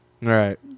Right